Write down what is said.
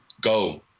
go